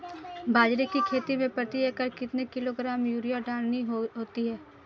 बाजरे की खेती में प्रति एकड़ कितने किलोग्राम यूरिया डालनी होती है?